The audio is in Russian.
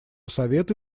совета